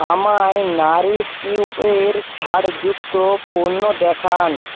আমাকে nourish you এর ছাড় যুক্ত পণ্য দেখান